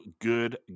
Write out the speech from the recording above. good